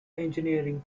engineering